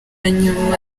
nyuma